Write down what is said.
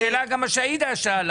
השאלה גם מה שעאידה שאלה,